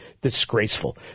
Disgraceful